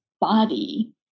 body